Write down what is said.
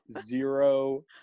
zero